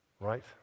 Right